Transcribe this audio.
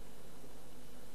לא ממש דמוקרטי.